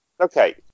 Okay